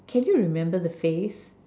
can you remember the face